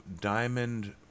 Diamond